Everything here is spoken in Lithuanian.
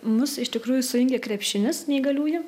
mus iš tikrųjų sujungė krepšinis neįgaliųjų